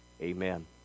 Amen